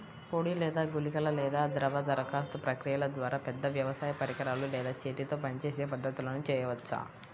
పొడి లేదా గుళికల లేదా ద్రవ దరఖాస్తు ప్రక్రియల ద్వారా, పెద్ద వ్యవసాయ పరికరాలు లేదా చేతితో పనిచేసే పద్ధతులను చేయవచ్చా?